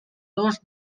dos